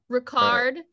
Ricard